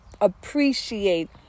appreciate